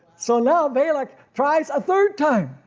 so now balak tries a third time.